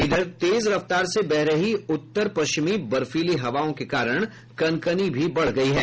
इधर तेज रफ्तार से बह रही उत्तर पश्चिमी बर्फीली हवाओं के कारण कनकनी भी बढ़ गयी है